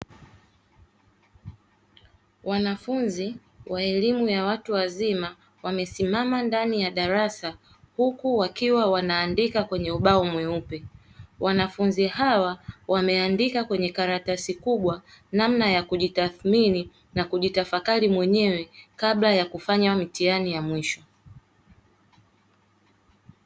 Wanafunzi wa elimu ya watu wazima wamesimama ndani ya darasa, huku wakiwa wanaandika kwenye ubao mweupe. Wanafunzi hawa wameandika kwenye karatasi kubwa, namna ya kujitathimini na kujitafakari mwenyewe kabla ya kufanya mitihani ya mwisho.